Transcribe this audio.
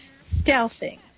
stealthing